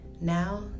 Now